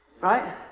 right